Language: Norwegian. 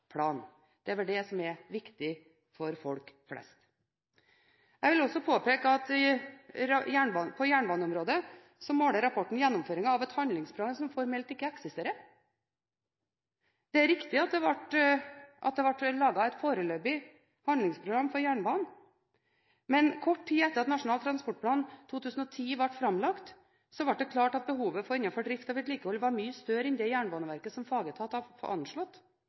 plan. Det er vel det som er viktig for folk flest. Jeg vil også påpeke at på jernbaneområdet måler rapporten gjennomføringen av en handlingsplan som formelt ikke eksisterer. Det er riktig at det ble laget et foreløpig handlingsprogram for jernbanen, men kort tid etter at Nasjonal transportplan 2010–2019 ble framlagt, ble det klart at behovet innenfor drift og vedlikehold var mye større enn det Jernbaneverket som fagetat hadde anslått,